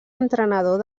entrenador